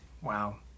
Wow